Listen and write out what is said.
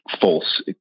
false